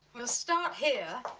we'll start here.